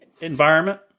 environment